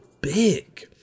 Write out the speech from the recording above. big